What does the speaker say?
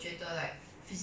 ya